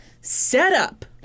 setup